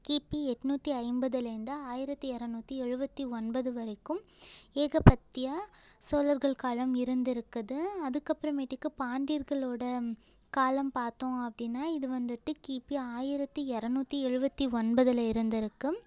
கிபி எட்நூற்று ஐம்பதுலேருந்து ஆயிரத்தி இரநூத்தி எழுபத்தி ஒன்பது வரைக்கும் ஏகபத்திய சோழர்கள் காலம் இருந்திருக்குது அதுக்கப்புறமேட்டுக்கு பாண்டியர்களோட காலம் பார்த்தோம் அப்படின்னா இது வந்துட்டு கிபி ஆயிரத்தி இரநூத்தி எழுபத்தி ஒன்பதில் இருந்திருக்கு